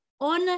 on